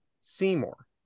Seymour